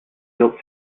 built